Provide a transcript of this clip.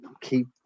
keep